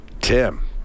Tim